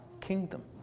kingdom